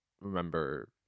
remember